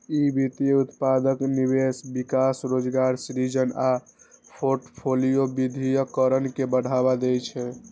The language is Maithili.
ई वित्तीय उत्पादक निवेश, विकास, रोजगार सृजन आ फोर्टफोलियो विविधीकरण के बढ़ावा दै छै